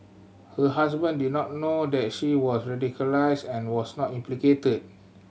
her husband did not know that she was radicalised and was not implicated